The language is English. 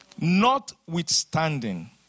Notwithstanding